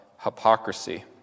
hypocrisy